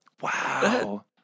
Wow